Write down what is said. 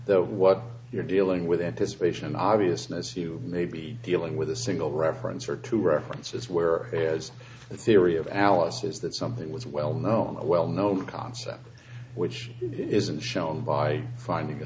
be what you're dealing with anticipation obviousness you may be dealing with a single reference or two references were the theory of alice's that something was well known well known concept which isn't shown by finding a